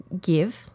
give